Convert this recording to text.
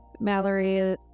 Mallory